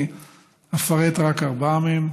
אני אפרט רק ארבעה מהם.